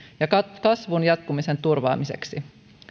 ja kasvun jatkumisen turvaamiseksi